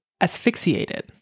asphyxiated